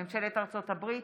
ממשלת ארצות הברית